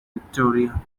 victoria